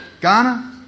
Ghana